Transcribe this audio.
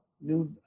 new